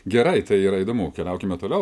gerai tai yra įdomu keliaukime toliau